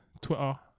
twitter